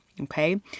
Okay